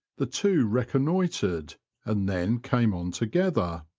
the two reconnoitered and then came on together.